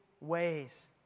ways